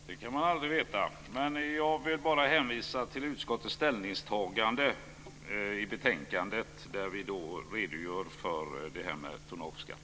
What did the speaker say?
Fru talman! Det kan man aldrig veta. Jag vill bara hänvisa till utskottets ställningstagande i betänkandet, där vi redogör för tonnageskatten.